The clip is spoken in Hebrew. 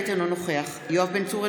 נוכח יואב בן צור,